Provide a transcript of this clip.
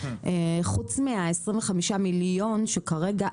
חוץ מ-25 מיליון שדיברתם עליהם,